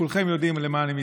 וכולכם יודעים למה אני מתכוון.